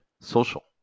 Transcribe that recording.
social